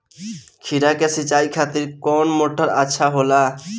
खीरा के सिचाई खातिर कौन मोटर अच्छा होला?